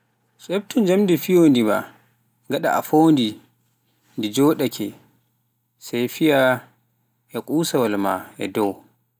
efftu njammdi fiyyondi maa e dow leɗɗ gaɗa a fondi ɗe nde njoɗaake. Sai fiiya kosawaal ma dow.